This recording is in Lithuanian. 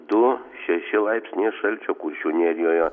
du šeši laipsniai šalčio kuršių nerijoje